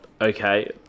okay